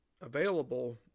available